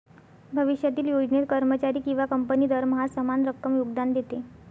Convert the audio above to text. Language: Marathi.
भविष्यातील योजनेत, कर्मचारी किंवा कंपनी दरमहा समान रक्कम योगदान देते